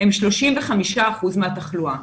הם 35% מהתחלואה.